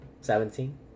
Seventeen